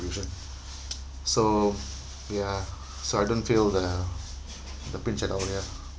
so ya so I don't feel the the pinch at all ya